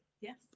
Yes